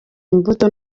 imbuto